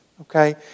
Okay